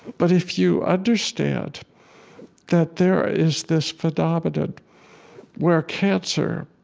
but if you understand that there is this phenomenon where cancer,